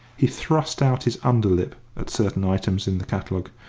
he thrust out his under lip at certain items in the catalogue.